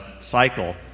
cycle